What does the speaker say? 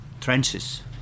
trenches